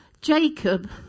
Jacob